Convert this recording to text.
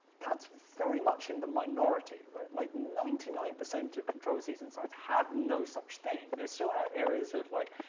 that's very much in the minority, right? like, ninety nine percent of controversies in science have no such thing, there still are areas of, like,